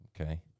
okay